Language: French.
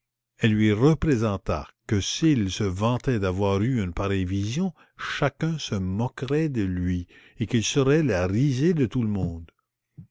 elle lui représenta que s'il se vantait d'avoir eu une pareille vision chacun se moquerait de lui et qu'il serait la risée de tout le monde